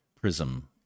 prism